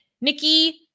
Nikki